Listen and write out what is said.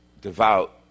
devout